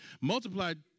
Multiplied